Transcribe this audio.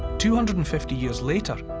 two hundred and fifty years later,